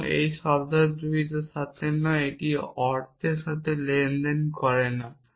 এটি শব্দার্থবিদ্যার সাথে নয় এটি অর্থের সাথে লেনদেন করে না